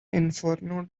inferno